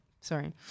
Sorry